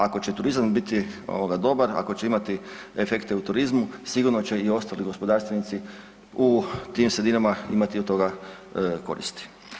Ako će turizam biti ovoga dobar, ako će imati efekte u turizmu sigurno će i ostali gospodarstvenici u tim sredinama imati od toga koristi.